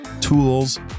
tools